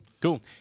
Cool